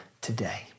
today